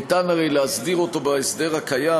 הרי ניתן להסדיר אותו בהסדר הקיים,